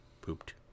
pooped